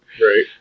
Right